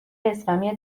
اسلامی